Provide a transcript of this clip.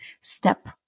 step